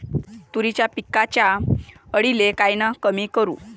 तुरीच्या पिकावरच्या अळीले कायनं कमी करू?